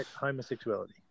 homosexuality